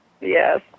Yes